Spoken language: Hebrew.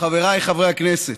חבריי חברי הכנסת,